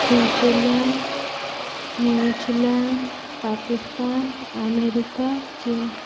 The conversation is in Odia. ସୁଇଜରଲ୍ୟାଣ୍ଡ୍ ନ୍ୟୁଜଲ୍ୟାଣ୍ଡ୍ ପାକିସ୍ତାନ୍ ଆମେରିକା ଚୀନ୍